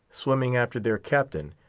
swimming after their captain,